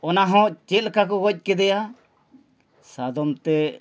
ᱚᱱᱟ ᱦᱚᱸ ᱪᱮᱫ ᱞᱮᱠᱟ ᱠᱚ ᱜᱚᱡ ᱠᱮᱫᱮᱭᱟ ᱥᱟᱫᱚᱢ ᱛᱮ